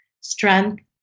strength